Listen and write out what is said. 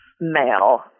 male